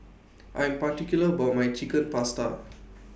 I Am particular about My Chicken Pasta